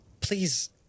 Please